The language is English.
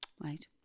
right